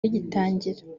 rigitangira